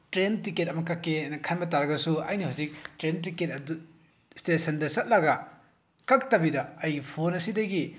train ticket ꯑꯃ ꯀꯛꯀꯦꯅ ꯈꯟꯕ ꯇꯥꯔꯒꯁꯨ ꯑꯩꯅ ꯍꯧꯖꯤꯛ ꯇ꯭ꯔꯦꯟ ꯇꯤꯀꯦꯠ ꯑꯗꯨ ꯏꯁꯇꯦꯁꯟꯗ ꯆꯠꯂꯒ ꯀꯛꯇꯕꯤꯗ ꯑꯩꯒꯤ ꯐꯣꯟ ꯑꯁꯤꯗꯒꯤ